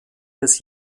des